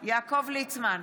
יעקב ליצמן,